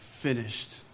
Finished